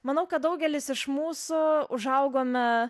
manau kad daugelis iš mūsų užaugome